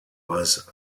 was